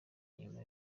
nyuma